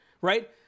right